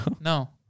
No